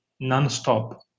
nonstop